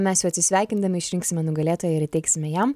mes jau atsisveikindami išrinksime nugalėtoją ir įteiksime jam